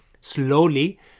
slowly